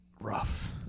rough